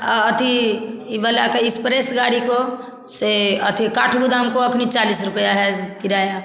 और अथी यह वाला का इसप्रेस गाड़ी को से अथी काठगोदाम को अखनि चालीस रुपया है किराया